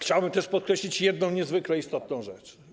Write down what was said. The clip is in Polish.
Chciałbym też podkreślić jedną niezwykle istotną rzecz.